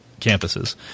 campuses